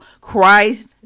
Christ